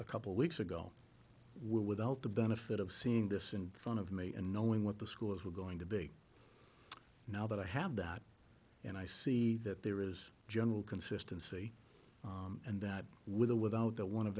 a couple of weeks ago without the benefit of seeing this and front of me and knowing what the schools were going to be now that i have that and i see that there is general consistency and that with or without that one of